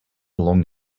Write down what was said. long